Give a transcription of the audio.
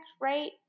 right